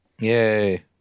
Yay